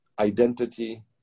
identity